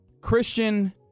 Christian